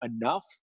enough